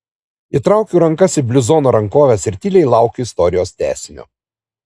įtraukiu rankas į bluzono rankoves ir tyliai laukiu istorijos tęsinio